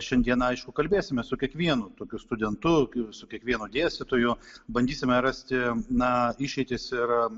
šiandiena aišku kalbėsimės su kiekvienu tokiu studentu su kiekvienu dėstytoju bandysime rasti na išeitis ir